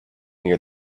near